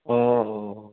অঁ